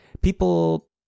People